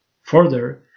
Further